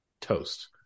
toast